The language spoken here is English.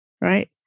right